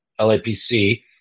LAPC